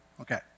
Okay